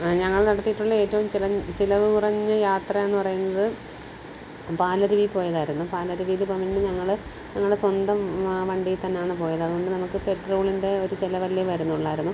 ഞങ്ങൾ നടത്തിയിട്ടുള്ള ഏറ്റോം ചില ചെലവ് കുറഞ്ഞ യാത്ര എന്ന് പറയുന്നത് പാലരുവി പോയതായിരുന്നു പാലരുവിയിൽ പോവാൻ വേണ്ടി ഞങ്ങൾ ഞങ്ങളുടെ സ്വന്തം വണ്ടി തന്നാണ് പോയത് അതുകൊണ്ട് നമുക്ക് പെട്രോളിന്റെ ഒരു ചിലവല്ലേ വരുന്നുള്ളായിരുന്നു